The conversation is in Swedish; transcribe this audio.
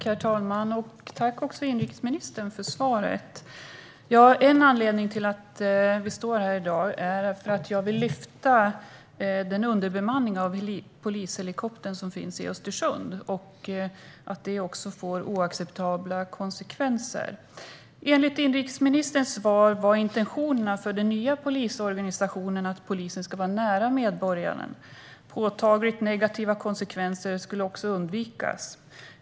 Herr talman! Tack, inrikesministern, för svaret! En anledning till att vi står här i dag är att jag vill lyfta upp frågan om den underbemanning som råder för polishelikoptern i Östersund. Det får oacceptabla konsekvenser. Enligt inrikesministerns svar var intentionerna för den nya polisorganisationen att polisen ska vara nära medborgarna. Påtagligt negativa konsekvenser skulle också undvikas.